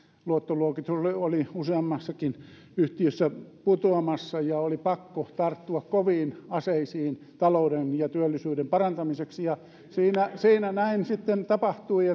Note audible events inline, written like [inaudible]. luottoluokitus oli useammassakin yhtiössä putoamassa ja oli pakko tarttua koviin aseisiin talouden ja työllisyyden parantamiseksi ja siinä siinä näin sitten tapahtui [unintelligible]